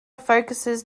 focuses